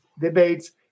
debates